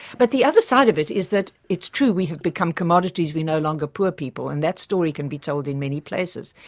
but the other side of it is that it's true we have become commodities, we're no longer poor people, and that story can be told in many places.